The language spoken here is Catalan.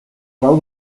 grau